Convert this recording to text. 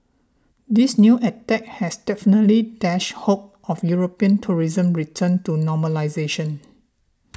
this new attack has definitely dashed hopes of European tourism's return to normalisation